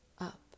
up